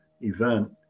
event